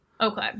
Okay